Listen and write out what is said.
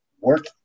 work